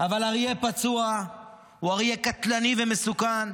אבל אריה פצוע הוא אריה קטלני ומסוכן,